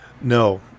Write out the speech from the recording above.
No